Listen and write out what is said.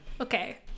Okay